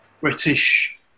British